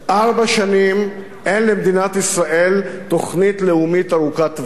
ארבע שנים אין למדינת ישראל תוכנית לאומית ארוכת טווח.